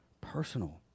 Personal